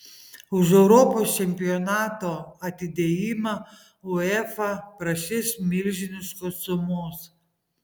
už europos čempionato atidėjimą uefa prašys milžiniškos sumos